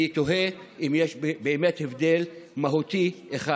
אני תוהה אם יש באמת הבדל מהותי אחד.